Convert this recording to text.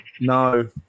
no